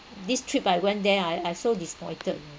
this trip I went there I I so disappointed you know